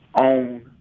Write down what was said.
own